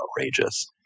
outrageous